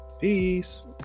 peace